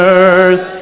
earth